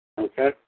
Okay